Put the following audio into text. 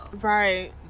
Right